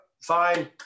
fine